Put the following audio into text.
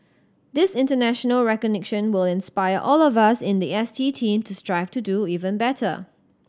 this international recognition will inspire all of us in the S T team to strive to do even better